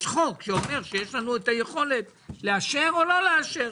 יש חוק שאומר שיש לנו את היכולת לאשר או לא לאשר,